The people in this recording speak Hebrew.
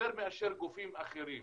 יותר מאשר גופים אחרים.